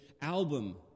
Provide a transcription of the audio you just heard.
album